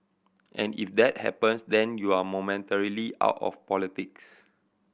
and if that happens then you're momentarily out of politics